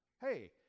Hey